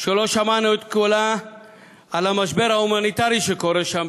שלא שמענו את קולה על המשבר ההומניטרי שקורה שם,